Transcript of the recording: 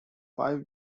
five